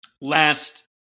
Last